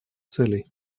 целей